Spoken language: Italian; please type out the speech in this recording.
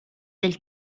del